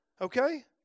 Okay